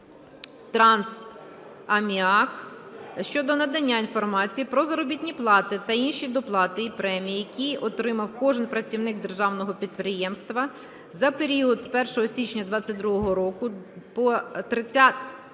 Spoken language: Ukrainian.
"Укрхімтрансаміак" щодо надання інформації про заробітні плати та інші доплати і премії, які отримав кожен працівник державного підприємства за період з 1 січня 22-го року по 31